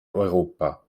europa